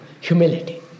humility